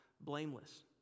blameless